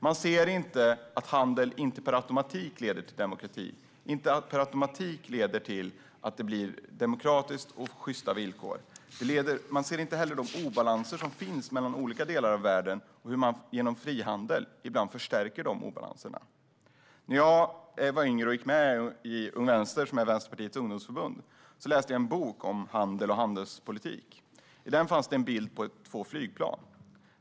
Man ser inte att handel inte per automatik leder till demokrati eller till sjysta villkor. Man ser inte heller de obalanser som finns mellan olika delar av världen och hur man genom frihandel ibland förstärker de obalanserna. När jag var yngre och gick med i Ung Vänster, som är Vänsterpartiets ungdomsförbund, läste jag en bok om handel och handelspolitik. I den fanns en bild på två flygplan.